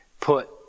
put